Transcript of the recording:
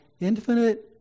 infinite